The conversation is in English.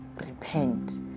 Repent